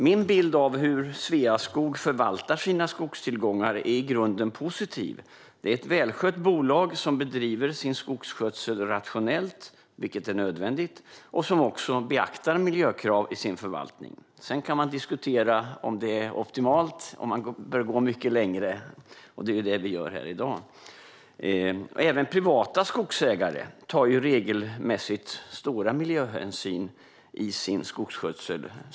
Min bild av hur Sveaskog förvaltar sina skogstillgångar är i grunden positiv. Det är ett välskött bolag som bedriver sin skogsskötsel rationellt, vilket är nödvändigt, och som också beaktar miljökrav i sin förvaltning. Sedan kan man diskutera om det är optimalt eller om man bör gå mycket längre, och det är det vi gör här i dag. Även privata skogsägare tar regelmässigt stora miljöhänsyn i sin skogsskötsel.